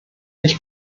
nicht